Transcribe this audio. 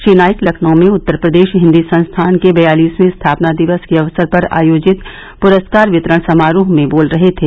श्री नाईक लखनऊ में उत्तर प्रदेश हिन्दी संस्थान के बयालीसयें स्थापना दिवस के अवसर पर आयोजित पुरस्कार वितरण समारोह में बोल रहे थे